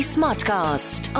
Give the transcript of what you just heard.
Smartcast